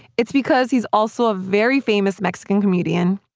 it's because he's also a very famous mexican comedian,